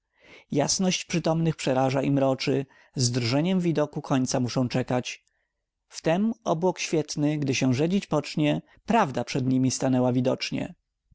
jasność przytomnych przeraża i mroczy z drżeniem widoku końca muszą czekać wtem obłok świetny gdy się rzedzić pocznie prawda przed nimi stanęła widocznie